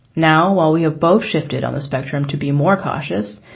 now, while we have both shifted on the spectrum to be more cautious,